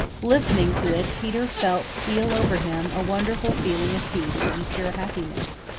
listening to it peter felt steal over him a wonderful feeling of peace and pure happiness.